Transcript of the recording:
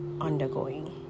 undergoing